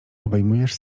obejmujesz